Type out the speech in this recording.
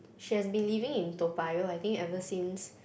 she has been living in Toa-Payoh I think ever since